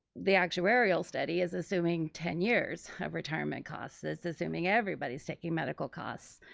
the actuarial study is assuming ten years of retirement costs it's assuming everybody's taking medical costs.